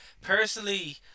personally